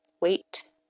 wait